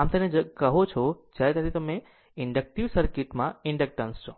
આમ તમે જેને તમે કહો છો તે જ્યારે તમે ઇન્ડકટીવ સર્કિટમાં ઇન્ડક્ટન્સ છો